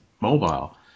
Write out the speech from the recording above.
mobile